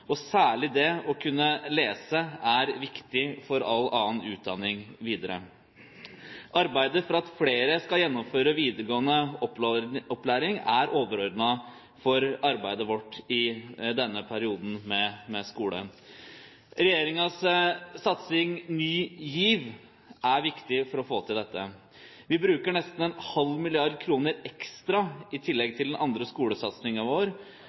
kunnskap. Særlig det å kunne lese er viktig for all annen utdanning videre. Arbeidet for at flere skal gjennomføre videregående opplæring, er overordnet for arbeidet vårt i denne perioden med skolen. Regjeringens satsing, Ny GIV, er viktig for å få til dette. Vi bruker nesten 0,5 mrd. kr ekstra, i tillegg til den andre skolesatsingen vår,